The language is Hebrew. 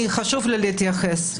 חשוב לי להתייחס.